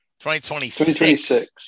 2026